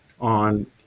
on